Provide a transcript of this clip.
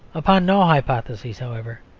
upon no hypothesis, however,